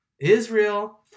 Israel